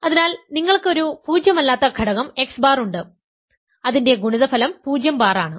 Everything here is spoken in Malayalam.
അതിനാൽ നിങ്ങൾക്ക് ഒരു പൂജ്യമല്ലാത്ത ഘടകം x ബാർ ഉണ്ട് അതിന്റെ ഗുണിതഫലം 0 ബാർ ആണ്